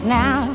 now